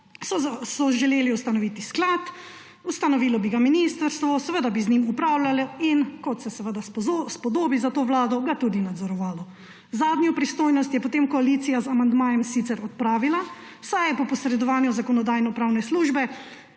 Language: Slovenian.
so želeli ustanoviti sklad. Ustanovilo bi ga ministrstva, ki bi z njim upravljalo in, kot se seveda spodobi za to vlado, ga tudi nadzorovalo. Zadnjo pristojnost je potem koalicija z amandmajem sicer odpravila, saj je po posredovanju Zakonodajno-pravne službe